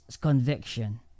conviction